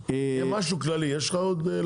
משהו כללי יש לך עוד?